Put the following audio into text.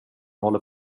håller